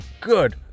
good